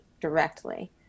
directly